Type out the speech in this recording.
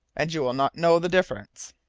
and you will not know the difference.